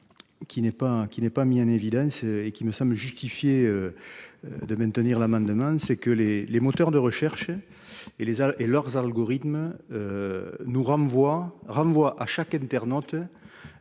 qui n'est pas mis en évidence, alors qu'il me semble justifier le maintien de cet amendement : les moteurs de recherche et leurs algorithmes renvoient à chaque internaute